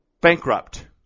Bankrupt